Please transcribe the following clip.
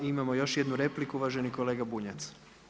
Imamo još jednu repliku, uvaženi kolega Bunjac.